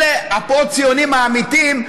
אלה הפוסט-ציונים האמיתיים,